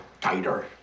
tighter